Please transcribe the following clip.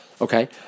Okay